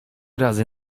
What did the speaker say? razy